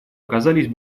оказались